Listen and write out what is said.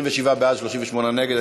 27 בעד, 38 נגד.